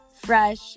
fresh